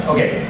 Okay